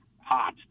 hot